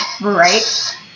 Right